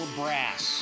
brass